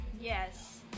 Yes